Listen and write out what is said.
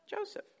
Joseph